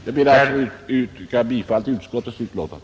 Jag ber att få yrka bifall till utskottets betänkande.